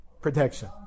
protection